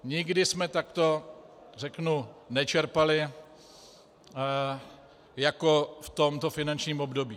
Nikdy jsme takto, řeknu, nečerpali jako v tomto finančním období.